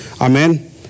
Amen